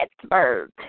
Pittsburgh